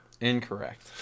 Incorrect